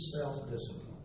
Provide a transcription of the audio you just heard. self-discipline